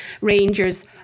Rangers